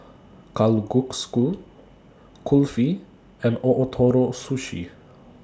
Kalguksu Kulfi and Ootoro Sushi